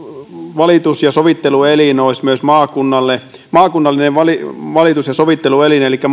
valitus ja sovitteluelin olisi myös maakunnallinen valitus ja sovitteluelin elikkä